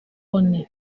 loni